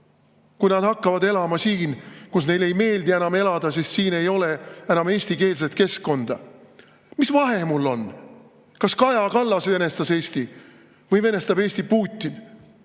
kui nad hakkavad elama siin, kus neile ei meeldi enam elada, sest siin ei ole enam eestikeelset keskkonda? Mis vahe mul on, kas Kaja Kallas venestas Eesti või venestab Eesti Putin?